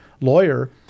lawyer